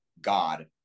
God